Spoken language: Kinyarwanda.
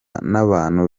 n’abantu